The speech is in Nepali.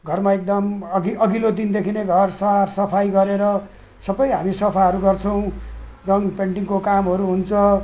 घरमा एकदम अघि अघिल्लो दिनदेखि नै घर सरसफाई गरेर सबै हामी सफाहरू गर्छौँ रङ पेन्टिङको कामहरू हुन्छ